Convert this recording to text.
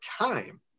time